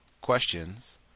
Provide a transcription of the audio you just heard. questions